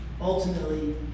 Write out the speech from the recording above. ultimately